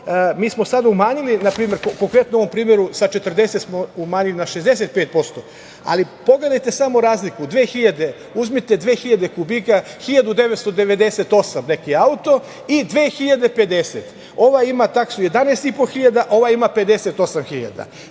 mi smo sada umanjili, na primer, konkretno u ovom primeru sa 40 smo umanjili na 65%, ali pogledajte samo razliku. Uzmite 2000 kubika 1998. neki auto i 2050, ovaj ima taksu 11.500, a ovaj ima 58.000.